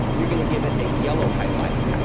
you're going to give it a yellow highlight.